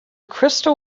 crystal